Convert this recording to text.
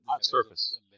Surface